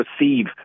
receive